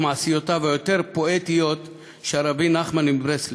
מעשיותיו היותר-פואטיות של רבי נחמן מברסלב,